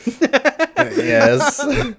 Yes